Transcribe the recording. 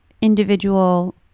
individual